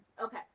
okay